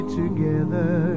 together